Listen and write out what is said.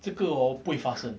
这个 hor 不会发生